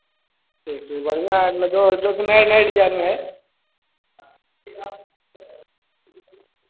देखिए बढ़िया है अब मैं जो जो भी नए नए डिजाईन में है